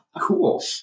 Cool